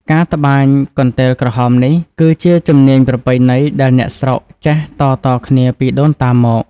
ការត្បាញកន្ទេលក្រហមនេះ គឺជាជំនាញប្រពៃណីដែលអ្នកស្រុកចេះតៗគ្នាពីដូនតាមក។